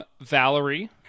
Valerie